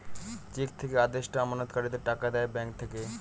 check থেকে আদেষ্টা আমানতকারীদের টাকা দেয় ব্যাঙ্ক থেকে